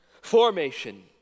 Formation